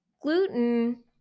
gluten